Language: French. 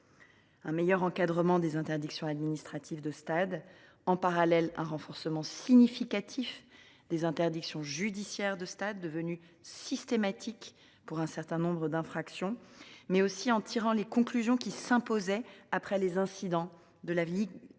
un meilleur encadrement des interdictions administratives de stade et le renforcement significatif des interdictions judiciaires de stade, rendues systématiques pour un certain nombre d’infractions. Nous avons aussi tiré les conclusions qui s’imposaient après les incidents survenus en